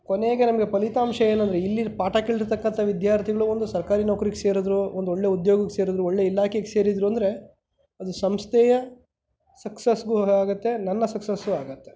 ಕೊನೆಗೆ ನಮಗೆ ಫಲಿತಾಂಶ ಏನೂಂದ್ರೆ ಇಲ್ಲಿರೋ ಪಾಠ ಕೇಳಿರತಕ್ಕಂಥ ವಿದ್ಯಾರ್ಥಿಗಳು ಒಂದು ಸರ್ಕಾರಿ ನೌಕ್ರಿಗೆ ಸೇರಿದರು ಒಂದು ಒಳ್ಳೆ ಉದ್ಯೋಗಕ್ಕೆ ಸೇರಿದರು ಒಳ್ಳೆ ಇಲಾಖೆಗೆ ಸೇರಿದರು ಅಂದರೆ ಅದು ಸಂಸ್ಥೆಯ ಸಕ್ಸೆಸ್ಗೂ ಆಗುತ್ತೆ ನನ್ನ ಸಕ್ಸೆಸ್ಸು ಆಗುತ್ತೆ